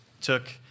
took